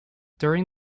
during